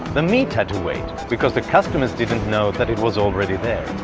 the meat had to wait, because the customers didn't know that it was already there.